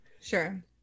Sure